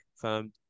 confirmed